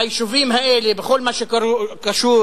ביישובים האלה, בכל מה שקשור